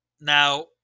Now